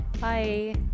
Bye